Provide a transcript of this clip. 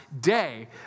day